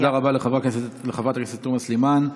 תודה רבה לחברת הכנסת תומא סלימאן.